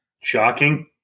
Shocking